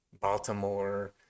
Baltimore